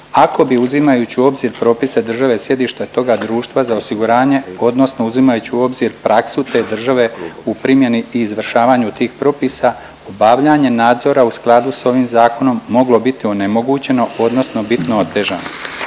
ako bi uzimajući u obzir propise države sjedišta toga društva za osiguranje odnosno uzimajući u obzir praksu te države u primjeni i izvršavanju tih propisa, obavljanje nadzora u skladu s ovim zakonom moglo biti onemogućeno odnosno bitno otežano.